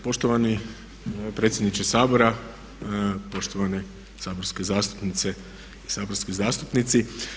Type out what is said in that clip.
Poštovani predsjedniče Sabora, poštovane saborske zastupnice i saborski zastupnici.